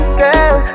girl